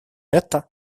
это